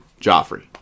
Joffrey